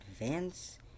advance